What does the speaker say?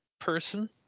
person